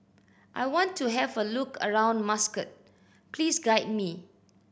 I want to have a look around Muscat please guide me